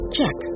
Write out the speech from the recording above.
Check